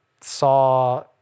saw